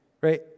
right